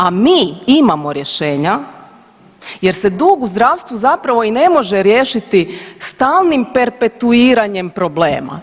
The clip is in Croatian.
A mi imamo rješenja jer se dug u zdravstvu zapravo i ne može riješiti stalnim perpetuiranjem problema.